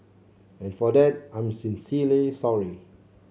and for that I'm sincerely sorry